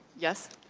yes.